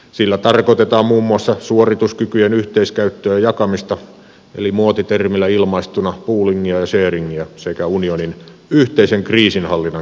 sillä tarkoitetaan muun muassa suorituskykyjen yhteiskäyttöä ja jakamista eli muotitermillä ilmaistuna poolingia ja sharingia sekä unionin yhteisen kriisinhallinnan kehittämistä